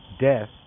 death